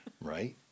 right